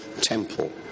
temple